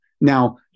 Now